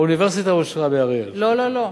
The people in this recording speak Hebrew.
לא, לא.